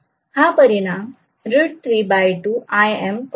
हा परिणाम √32Imcos30 इतका असेल